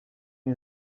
این